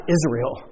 Israel